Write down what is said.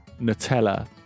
Nutella